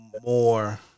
more